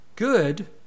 Good